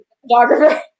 Photographer